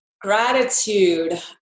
Gratitude